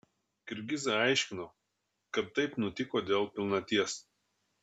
kirgizai aiškino kad taip nutiko dėl pilnaties